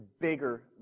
bigger